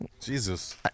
Jesus